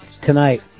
tonight